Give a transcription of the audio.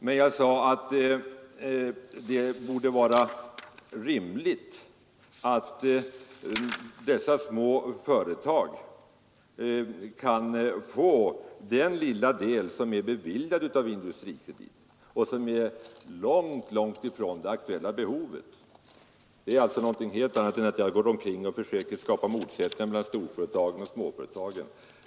Men jag sade också att det borde vara rimligt att dessa små företag kan få den lilla del som är beviljad av Industrikredit och som är långtifrån det aktuella behovet. Det är någonting helt annat än att jag har försökt skapa motsättningar mellan storföretagen och småföretagen.